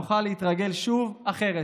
נוכל להתרגל שוב אחרת,